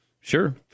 sure